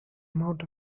amount